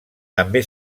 també